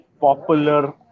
popular